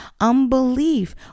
unbelief